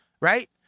Right